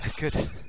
good